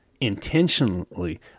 intentionally